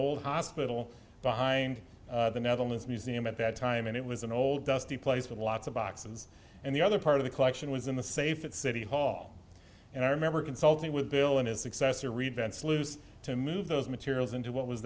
old hospital behind the netherlands museum at that time and it was an old dusty place with lots of boxes and the other part of the collection was in the safe at city hall and i remember consulting with bill and his successor reed bents loose to move those materials into what was